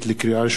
לקריאה ראשונה,